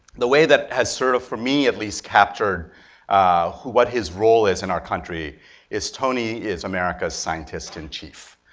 the way that has sort of for me, at least, captured what his role is in our country is tony is america's scientist in chief.